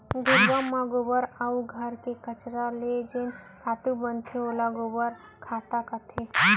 घुरूवा म गोबर अउ घर के कचरा ले जेन खातू बनथे ओला गोबर खत्ता कथें